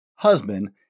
husband